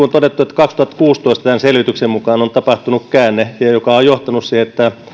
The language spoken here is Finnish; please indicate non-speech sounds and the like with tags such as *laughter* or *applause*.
*unintelligible* on todettu kaksituhattakuusitoista tämän selvityksen mukaan on tapahtunut käänne joka on johtanut siihen että